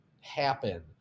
happen